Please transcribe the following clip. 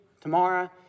tomorrow